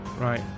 right